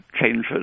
changes